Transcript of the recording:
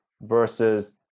versus